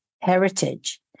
heritage